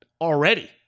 already